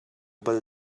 bal